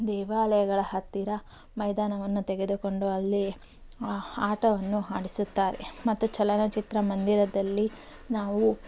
ದೇವಾಲಯಗಳ ಹತ್ತಿರ ಮೈದಾನವನ್ನು ತೆಗೆದುಕೊಂಡು ಅಲ್ಲಿ ಆ ಆಟವನ್ನು ಆಡಿಸುತ್ತಾರೆ ಮತ್ತು ಚಲನಚಿತ್ರ ಮಂದಿರದಲ್ಲಿ ನಾವು